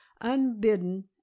unbidden